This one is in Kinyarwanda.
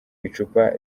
icupa